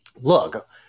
look